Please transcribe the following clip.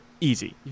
easy